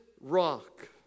rock